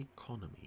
economy